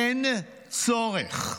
אין צורך,